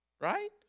Right